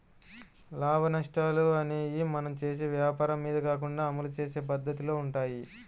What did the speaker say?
లాభనష్టాలు అనేయ్యి మనం చేసే వ్వాపారం మీద కాకుండా అమలు చేసే పద్దతిలో వుంటయ్యి